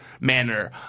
manner